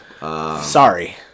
Sorry